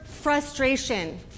frustration